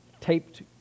taped